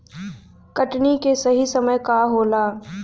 कटनी के सही समय का होला?